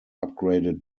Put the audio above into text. upgraded